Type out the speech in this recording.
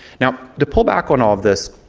now, to pull back on all of this,